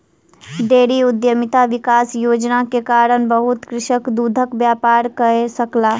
dairy उद्यमिता विकास योजना के कारण बहुत कृषक दूधक व्यापार कय सकल